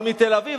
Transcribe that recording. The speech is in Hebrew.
אבל מתל-אביב,